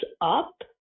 up